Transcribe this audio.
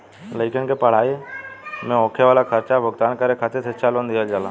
लइकन के पढ़ाई में होखे वाला खर्चा के भुगतान करे खातिर शिक्षा लोन दिहल जाला